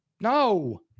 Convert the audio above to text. No